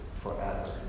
forever